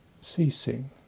Ceasing